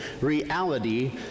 reality